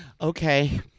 okay